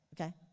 okay